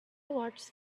watched